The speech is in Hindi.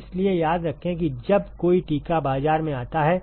इसलिए याद रखें कि जब कोई टीका बाजार में आता है